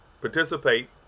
participate